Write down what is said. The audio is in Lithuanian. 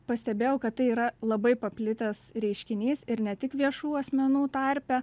pastebėjau kad tai yra labai paplitęs reiškinys ir ne tik viešų asmenų tarpe